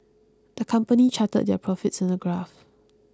the company charted their profits in a graph